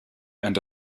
and